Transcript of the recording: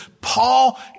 Paul